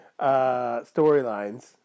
storylines